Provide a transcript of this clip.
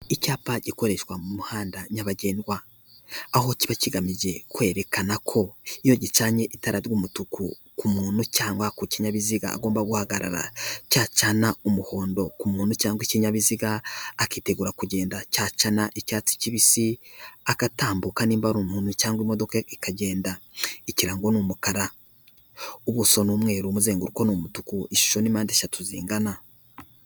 Icyapa gikoreshwa mu muhanda nyabagendwa aho kiba kigamije kwerekana ko iyo gicanye itara ry'umutuku ku muntu cyangwa ku kinyabiziga agomba guhagarara cyacana, umuhondo ku muntu cyangwa ikinyabiziga akitegura kugenda, cyacana icyatsi kibisi agatambuka niba aba ari umuntu cyangwa imodoka ikagenda. Ikirangi n'umukara ubuso n'umwe umuzenguruko n'umutuku ishusho n'impande eshatu zingana.